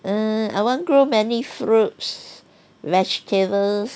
err I want grow many fruits vegetables